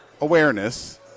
awareness